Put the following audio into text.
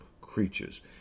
creatures